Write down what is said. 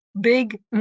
big